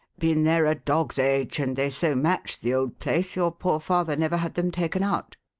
been there a dog's age and they so matched the old place your poor father never had them taken out.